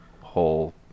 whole